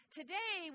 today